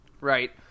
right